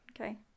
Okay